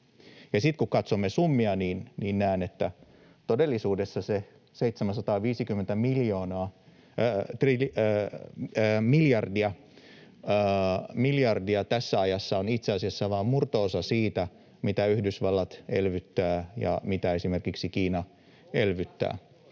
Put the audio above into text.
kun katsomme summia, niin näen, että todellisuudessa se 750 miljardia tässä ajassa on itse asiassa vain murto-osa siitä, mitä Yhdysvallat elvyttää ja mitä esimerkiksi Kiina elvyttää.